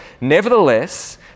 Nevertheless